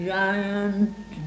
giant